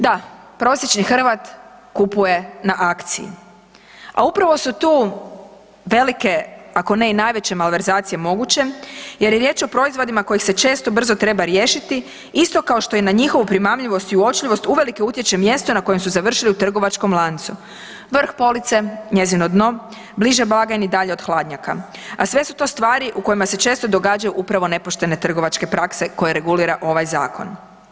Da, prosječni Hrvat kupuje na akciji a upravo su tu velike ako ne i najveće malverzacije moguće jer je riječ o proizvodima kojih se često brzo treba riješiti, isto kao što je na njihovu primamljivost i uočljivost, uvelike utječe mjesto na kojim su završili u trgovačkom lancu, vrh police, njezino dno, bliže blagajni, dalje od hladnjaka sve su to stvari u kojima se često događaju upravo nepoštene trgovačke prakse koje regulira ovaj zakon.